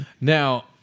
Now